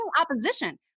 opposition